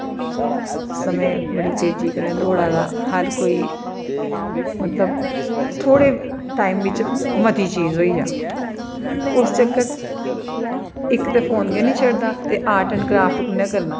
समें बड़ी तेजी कन्नै दौड़ा दा हर कोई मतलब थोह्डे़ टाइम बिच मती चीज होई जा उस चक्कर च इक ते फोन गै नेईं छडदा ते आर्ट एंड क्राफ्ट कु'न्ने करना